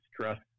stress